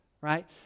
right